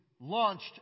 launched